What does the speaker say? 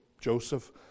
Joseph